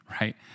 right